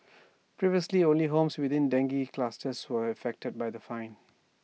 previously only homes within dengue clusters were affected by the fine